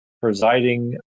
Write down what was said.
presiding